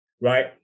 Right